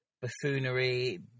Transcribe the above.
buffoonery